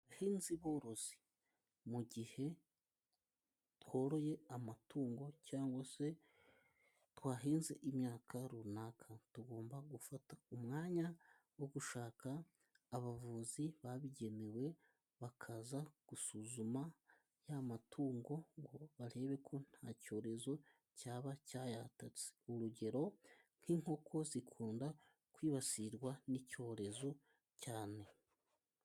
Bahinzi borozi mu gihe tworoye amatungo cyangwa se twahinze imyaka runaka, tugomba gufata umwanya wo gushaka abavuzi babigenewe, bakaza gusuzuma ya matungo, ngo barebe ko nta cyorezo cyaba cyayatatse, urugero nk'inkoko zikunda kwibasirwa n'icyorezo cyane.